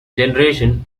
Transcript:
generation